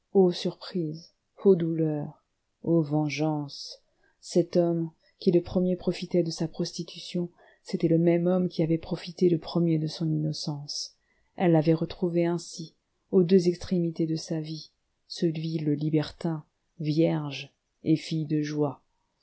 surprise ô douleur ô vengeance cet homme qui le premier profitait de sa prostitution c'était le même homme qui avait profité le premier de son innocence elle l'avait retrouvé ainsi aux deux extrémités de sa vie ce vil libertin vierge et fille de joie